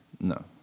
No